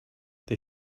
they